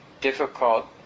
difficult